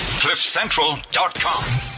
cliffcentral.com